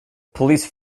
police